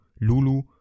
Lulu